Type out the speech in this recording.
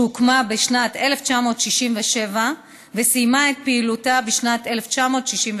שהוקמה בשנת 1967 וסיימה את פעילותה בשנת 1968,